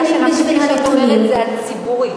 הבעיה שלך כפי שאת אומרת זה הציבורי.